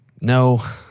No